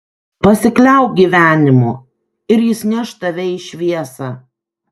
pasikliauk gyvenimu ir jis neš tave į šviesą